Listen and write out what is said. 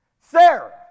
sarah